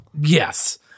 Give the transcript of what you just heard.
Yes